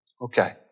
Okay